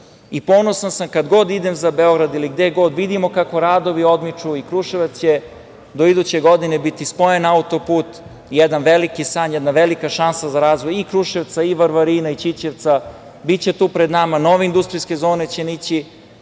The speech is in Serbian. imali. Ponosan sam kad god idem za Beograd ili gde god, pa vidimo kako radovi odmiču i Kruševac će do iduće godine biti spojen autoput. Jedan veliki san, jedna velika šansa za razvoj i Kruševca, i Varvarina, i Ćićevca. Tu pred nama će nove industrijske zone nići